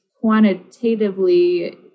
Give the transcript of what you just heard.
quantitatively